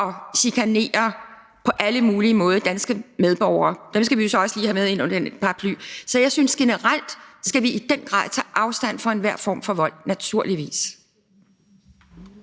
og på alle mulige måder chikanerer danske medborgere. Dem skal vi jo så også lige have med ind under den paraply. Så jeg synes generelt, at vi i den grad skal tage afstand fra enhver form for vold, naturligvis.